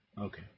Okay